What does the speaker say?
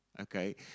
okay